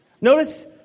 Notice